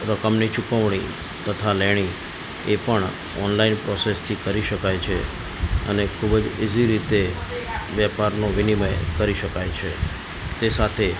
રકમની ચુકવણી તથા લેણી એ પણ ઓનલાઈન પ્રોસેસથી કરી શકાય છે અને ખૂબ જ ઇઝી રીતે વેપારનો વિનિમય કરી શકાય છે તે સાથે